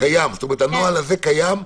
הנוהל הזה קיים?